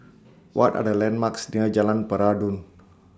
What Are The landmarks near Jalan Peradun